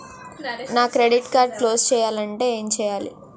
నా credit card close చేయాలంటే ఏంటి చేయాలి?